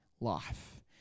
life